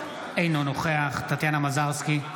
אינו נוכח טטיאנה מזרסקי,